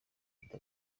bifite